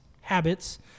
habits